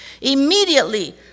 Immediately